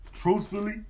Truthfully